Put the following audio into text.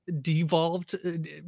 devolved